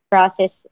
process